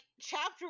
chapter